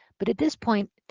but at this point,